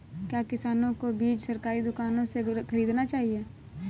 क्या किसानों को बीज सरकारी दुकानों से खरीदना चाहिए?